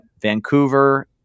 Vancouver